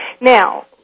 Now